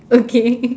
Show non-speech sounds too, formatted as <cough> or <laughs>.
okay <laughs>